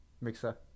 Mixer